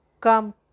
come